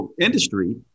industry